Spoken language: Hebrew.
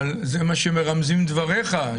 אבל זה מה שמרמזים דבריך,